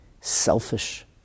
selfish